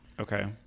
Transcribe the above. Okay